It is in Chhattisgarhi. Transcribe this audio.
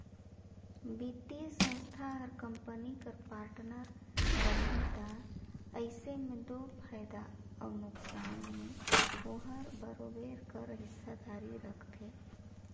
बित्तीय संस्था हर कंपनी कर पार्टनर बनही ता अइसे में दो फयदा अउ नोसकान में ओहर बरोबेर कर हिस्सादारी रखथे